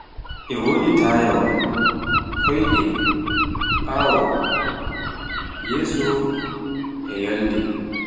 e wodi tayaawal, koyde, ɓaawo, yeeso e yolnde.